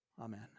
Amen